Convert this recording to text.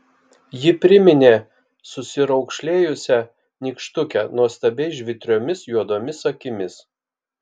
ji priminė susiraukšlėjusią nykštukę nuostabiai žvitriomis juodomis akimis